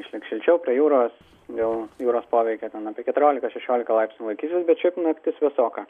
išliks šilčiau prie jūros dėl jūros poveikio ten apie keturiolika šešiolika laipsnių laikysis bet šiaip naktis vėsoka